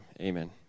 Amen